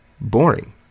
boring